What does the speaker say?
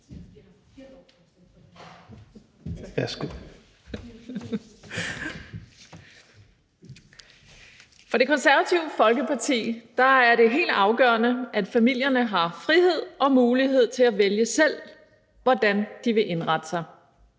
For Det Konservative Folkeparti er det helt afgørende, at familierne har frihed til og mulighed for selv at vælge, hvordan de vil indrette sig.